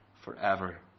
forever